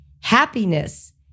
Happiness